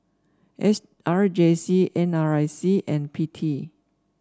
S R J C N R I C and P T